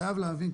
חייבים להבין,